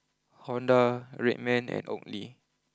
Honda Red Man and Oakley